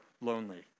lonely